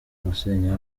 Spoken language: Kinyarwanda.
gusenya